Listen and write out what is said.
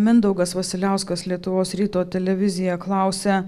mindaugas vasiliauskas lietuvos ryto televizija klausia